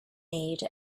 made